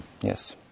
Yes